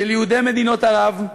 של יהודי מדינות ערב,